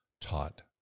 taught